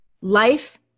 life